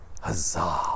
Huzzah